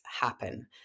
happen